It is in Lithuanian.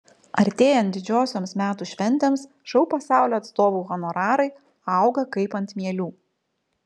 artėjant didžiosioms metų šventėms šou pasaulio atstovų honorarai auga kaip ant mielių